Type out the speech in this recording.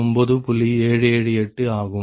778 ஆகும்